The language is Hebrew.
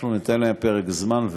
אנחנו ניתן להם פרק זמן,